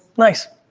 nice.